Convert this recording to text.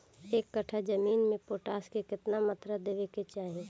एक कट्ठा जमीन में पोटास के केतना मात्रा देवे के चाही?